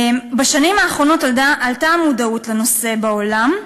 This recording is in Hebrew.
בשנים האחרונות עלתה המודעות לנושא בעולם,